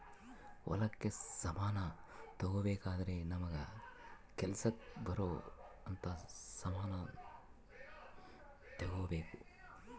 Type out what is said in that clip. ಹೊಲಕ್ ಸಮಾನ ತಗೊಬೆಕಾದ್ರೆ ನಮಗ ಕೆಲಸಕ್ ಬರೊವ್ ಅಂತ ಸಮಾನ್ ತೆಗೊಬೆಕು